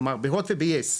כלומר ב- HOT וב- YES,